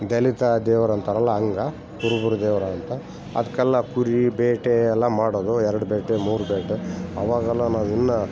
ದಲಿತ ದೇವರು ಅಂತಾರಲ್ಲ ಹಂಗಾ ಕುರುಬರು ದೇವ್ರು ಅಂತ ಅದ್ಕೆಲ್ಲ ಕುರಿ ಬೇಟೆ ಎಲ್ಲ ಮಾಡೋದು ಎರಡು ಬೇಟೆ ಮೂರು ಬೇಟೆ ಅವಾಗೆಲ್ಲ ನಾವು ಇನ್ನು